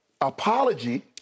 apology